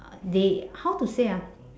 uh they how to say ah